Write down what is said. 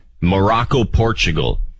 Morocco-Portugal